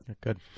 good